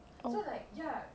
oh